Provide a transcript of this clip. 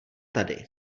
tady